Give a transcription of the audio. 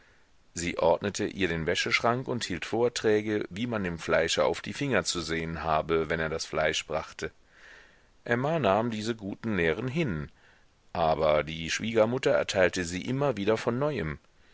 sie ordnete ihr den wäscheschrank und hielt vorträge wie man dem fleischer auf die finger zu sehen habe wenn er das fleisch brachte emma nahm diese guten lehren hin aber die schwiegermutter erteilte sie immer wieder von neuem